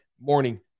morning